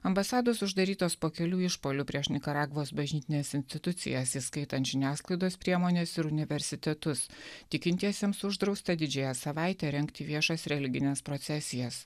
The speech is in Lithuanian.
ambasados uždarytos po kelių išpuolių prieš nikaragvos bažnytines institucijas įskaitant žiniasklaidos priemones ir universitetus tikintiesiems uždrausta didžiąją savaitę rengti viešas religines procesijas